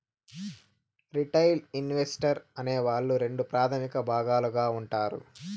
retail investor అనే వాళ్ళు రెండు ప్రాథమిక భాగాలుగా ఉంటారు